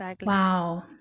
wow